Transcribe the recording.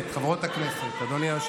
גם אתכם יהרגו.